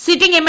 sitting M